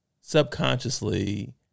subconsciously